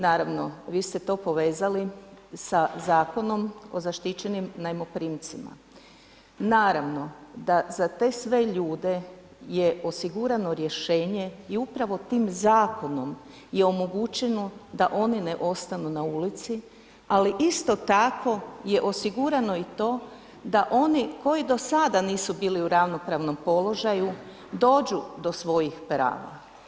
Naravno vi ste to povezali sa Zakonom o zaštićenim najmoprimcima, naravno da za te sve ljude je osigurano rješenje i upravo tim zakonom je omogućeno da oni ne ostanu na ulici, ali isto tako je osigurano i to da oni koji do sada nisu bili u ravnopravnom položaju dođu do svojih prava.